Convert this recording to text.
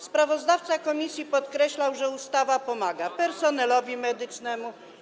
Sprawozdawca komisji podkreślał, że ustawa pomaga personelowi medycznemu.